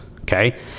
okay